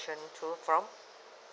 to from